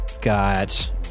Got